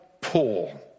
pull